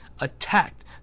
attacked